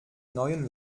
neuen